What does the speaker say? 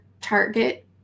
target